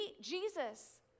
Jesus